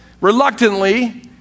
reluctantly